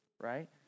right